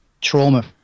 trauma